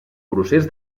procés